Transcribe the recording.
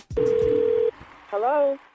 Hello